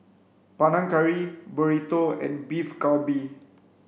Panang Curry Burrito and Beef Galbi